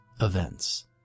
events